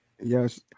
Yes